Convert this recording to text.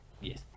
Yes